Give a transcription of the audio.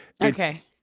Okay